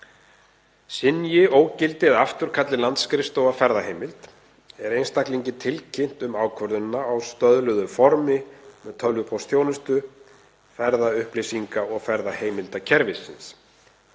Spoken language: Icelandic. Synji, ógildi eða afturkalli landsskrifstofa ferðaheimild er einstaklingi tilkynnt um ákvörðunina á stöðluðu formi með tölvupóstþjónustu ferðaupplýsinga- og ferðaheimildakerfisins.